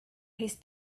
his